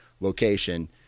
location